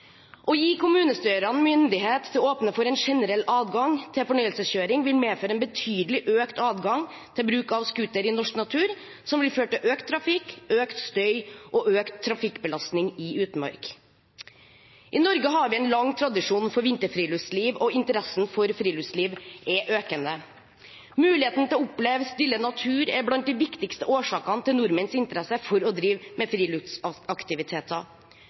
Å gi kommunestyrene myndighet til å åpne for en generell adgang til fornøyelseskjøring vil medføre en betydelig økt adgang til bruk av scooter i norsk natur, som vil føre til økt trafikk, økt støy og økt trafikkbelastning i utmark. I Norge har vi en lang tradisjon for vinterfriluftsliv, og interessen for friluftsliv er økende. Muligheten til å oppleve stille natur er blant de viktigste årsakene til nordmenns interesse for å drive med friluftsaktiviteter.